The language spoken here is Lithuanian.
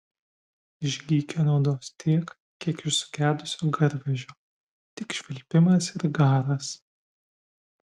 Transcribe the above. iš gykio naudos tiek kiek iš sugedusio garvežio tik švilpimas ir garas